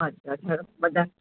अछा अछा ॿुधायो